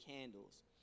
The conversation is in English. candles